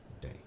day